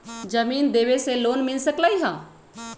जमीन देवे से लोन मिल सकलइ ह?